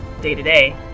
day-to-day